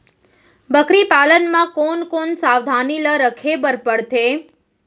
बकरी पालन म कोन कोन सावधानी ल रखे बर पढ़थे?